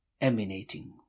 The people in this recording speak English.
emanating